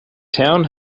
town